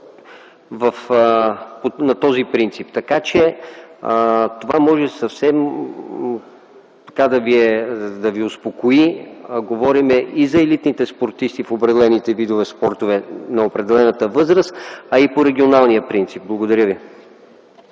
на този принцип, така че това може съвсем да Ви успокои. Говорим и за елитните спортисти в различните видове спортове на определената възраст, а и по регионалния принцип. Благодаря ви.